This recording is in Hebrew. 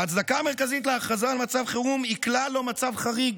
ההצדקה המרכזית להכרזה על מצב חירום היא כלל לא מצב חריג,